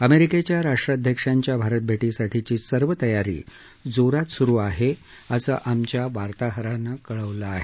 अमेरिकेच्या राष्ट्राध्यक्षांच्या भारत भेटीसाठीची सर्व तयारी जोरात सुरु आहे असं आमच्या वार्ताहरानं कळवलं आहे